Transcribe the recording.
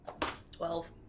Twelve